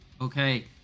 Okay